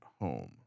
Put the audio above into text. home